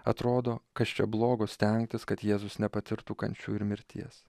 atrodo kas čia blogo stengtis kad jėzus nepatirtų kančių ir mirties